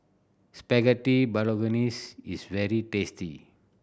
Spaghetti Bolognese is very tasty